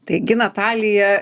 taigi natalija